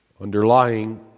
Underlying